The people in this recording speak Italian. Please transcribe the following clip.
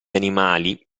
animali